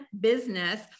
business